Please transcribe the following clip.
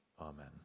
Amen